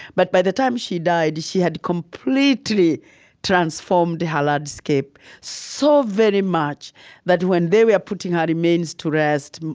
but by the time she died, she had completely transformed her landscape so very much that when they were putting her remains to rest,